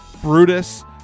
Brutus